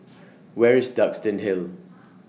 Where IS Duxton Hill